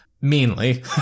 meanly